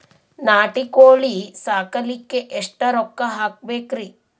ನಾಟಿ ಕೋಳೀ ಸಾಕಲಿಕ್ಕಿ ಎಷ್ಟ ರೊಕ್ಕ ಹಾಕಬೇಕ್ರಿ?